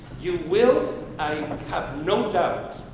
you will, i have no doubt,